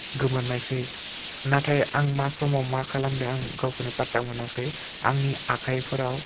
गोमोरनायसै नाथाय आं मा समाव मा खालामदों आं गावखौनो पात्ता मोनाखै आंनि आखाइफोराव